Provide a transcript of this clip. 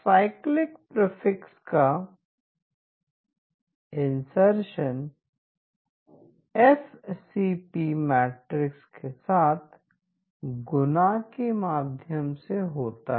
cyclic prefix का insertion Fcp matrix के साथ गुणा के माध्यम से होता है